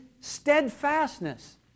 steadfastness